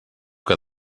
que